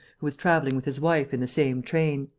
who was travelling with his wife in the same train.